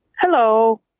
Hello